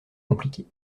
compliqué